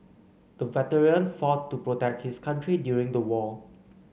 the veteran fought to protect his country during the war